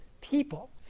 people